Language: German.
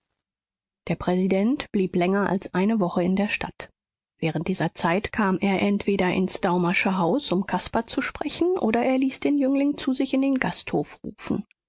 der präsident blieb länger als eine woche in der stadt während dieser zeit kam er entweder ins daumersche haus um caspar zu sprechen oder er ließ den jüngling zu sich in den gasthof rufen